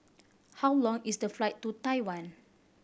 how long is the flight to Taiwan